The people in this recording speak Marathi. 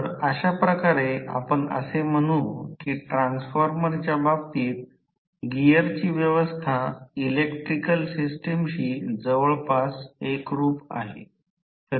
तर अशा प्रकारे आपण असे म्हणू की ट्रान्सफॉर्मरच्या बाबतीत गिअरची व्यवस्था इलेक्ट्रिकल सिस्टमशी जवळपास एकरूप आहे